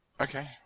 Okay